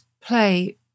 play